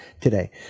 today